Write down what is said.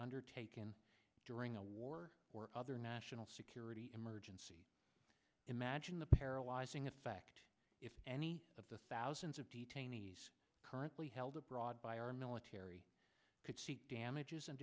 undertaken during a war or other national security emergency imagine the paralyzing effect if any of the thousands of detainees currently held abroad by our military could seek damages and